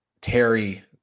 Terry